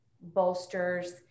bolsters